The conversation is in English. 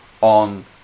on